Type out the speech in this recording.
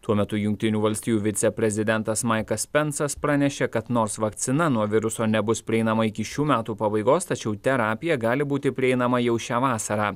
tuo metu jungtinių valstijų viceprezidentas maikas pensas pranešė kad nors vakcina nuo viruso nebus prieinama iki šių metų pabaigos tačiau terapija gali būti prieinama jau šią vasarą